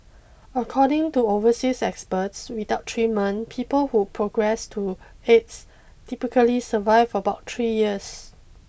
according to overseas experts without treatment people who progress to AIDS typically survive about three years